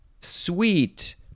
sweet